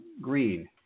Green